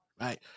Right